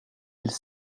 elles